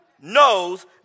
knows